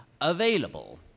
available